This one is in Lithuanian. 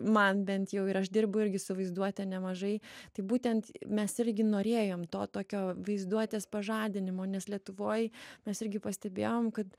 man bent jau ir aš dirbu irgi su vaizduote nemažai tai būtent mes irgi norėjom to tokio vaizduotės pažadinimo nes lietuvoj mes irgi pastebėjom kad